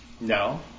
No